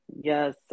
Yes